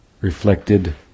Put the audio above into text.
reflected